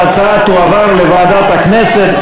ההצעה תועבר לוועדת הכנסת,